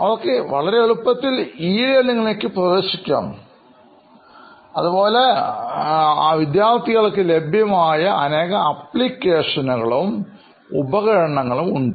അവർക്ക് എത്ര എളുപ്പത്തിൽ ഇലേണിങ്ലേക്ക് പ്രവേശിക്കാം അതുപോലെ ഈ പ്രായത്തിലുള്ള വിദ്യാർഥികൾക്ക് ലഭ്യമായ മറ്റേതെല്ലാം അപ്ലിക്കേഷനുകളും ഉപകരണങ്ങളും ഉണ്ട്